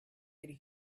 could